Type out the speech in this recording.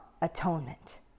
atonement